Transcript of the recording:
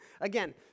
Again